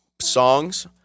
songs